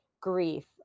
grief